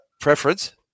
preference